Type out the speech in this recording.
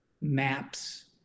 maps